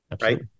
right